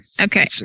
Okay